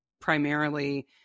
Primarily